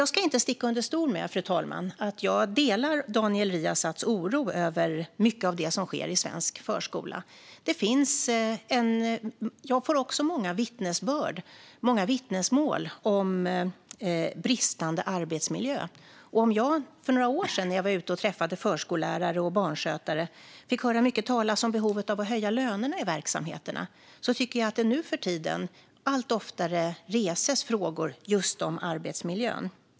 Jag ska inte sticka under stol med att jag delar Daniel Riazats oro över mycket av det som sker i svensk förskola. Jag får också många vittnesmål om bristande arbetsmiljö. När jag för några år sedan var ute och träffade förskollärare och barnskötare fick jag höra mycket talas om behovet av att höja lönerna i verksamheterna. Nu för tiden reses allt oftare frågor just om arbetsmiljön.